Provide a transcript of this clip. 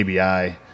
ABI